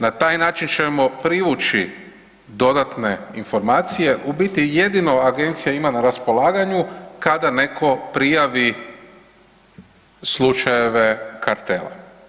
Na taj način ćemo privući dodatne informacije u biti jedino Agencija ima na raspolaganju kada netko prijavi slučajeve kartela.